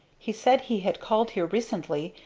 he said he had called here recently,